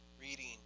reading